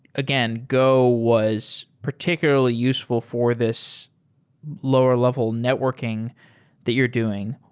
again, go was particularly useful for this lower level networking that you're doing.